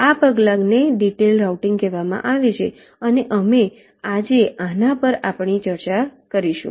આ પગલાને detailed routing કહેવામાં આવે છે અને અમે આજે આના પર આપણી ચર્ચા શરૂ કરીશું